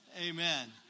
Amen